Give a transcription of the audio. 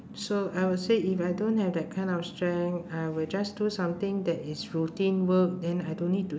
so I would say if I don't have that kind of strength I will just do something that is routine work then I don't need to